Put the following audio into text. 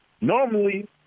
normally